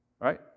right